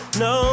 no